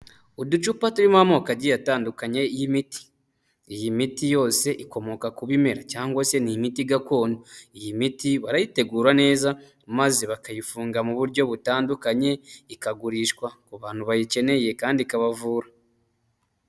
Uducupa turimo amoko agiye atandukanye y'imiti, iyi miti yose ikomoka ku bimera cyangwa se ni imiti gakondo, iyi miti barayitegura neza maze bakayifunga mu buryo butandukanye ikagurishwa ku bantu bayikeneye kandi ikabavura.